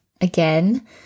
again